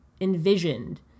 envisioned